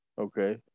Okay